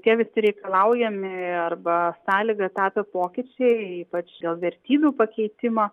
tie visi reikalaujami arba sąlyga tapę pokyčiai ypač dėl vertybių pakeitimo